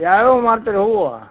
ಯಾವ್ಯಾವು ಮಾರುತ್ತೀರಿ ಹೂವು